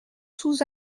sous